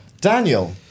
Daniel